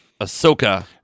Ahsoka